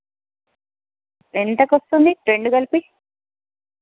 ఎంతకొస్తుంది రెండు కలిపి